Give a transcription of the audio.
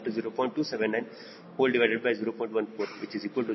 959 m ಅಂದರೆ ಬಾಲದ ಮೌಲ್ಯವು 0